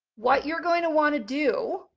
what you're going to want to do,